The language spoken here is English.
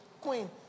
queen